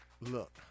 Look